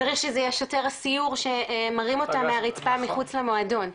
צריך שזה יהיה שוטר הסיור שמרים אותה מהרצפה מחוץ למועדון.